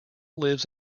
lives